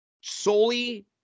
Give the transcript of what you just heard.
solely